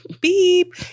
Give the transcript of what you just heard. Beep